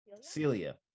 celia